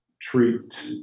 treat